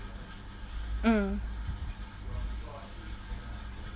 mm